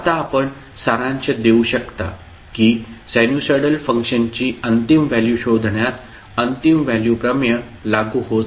आपण सारांश देऊ शकता की साइनसॉइडल फंक्शनची अंतिम व्हॅल्यू शोधण्यात अंतिम व्हॅल्यू प्रमेय लागू होत नाही